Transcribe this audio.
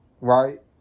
Right